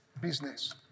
business